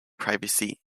privacy